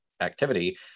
activity